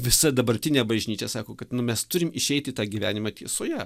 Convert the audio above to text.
visa dabartinė bažnyčia sako kad mes turim išeit į tą gyvenimą tiesoje